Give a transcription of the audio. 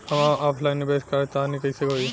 हम ऑफलाइन निवेस करलऽ चाह तनि कइसे होई?